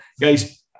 guys